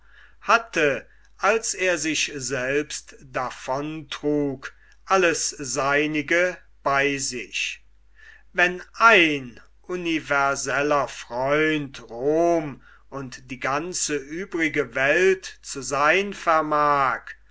hatte als er sich selbst davon trug alles seinige bei sich wenn ein universeller freund rom und die ganze übrige welt zu seyn vermag